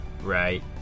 Right